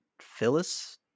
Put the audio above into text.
Phyllis